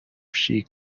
she